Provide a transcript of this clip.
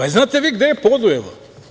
Jel znate vi gde je Podujevo?